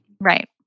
Right